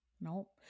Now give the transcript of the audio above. nope